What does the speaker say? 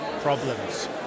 problems